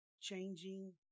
changing